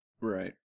Right